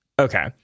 Okay